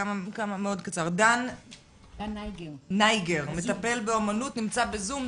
דן נייגר, מטפל באומנות, נמצא בזום.